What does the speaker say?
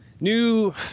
new